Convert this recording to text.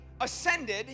ascended